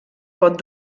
pot